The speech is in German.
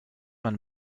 man